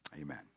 Amen